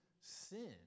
sin